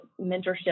mentorship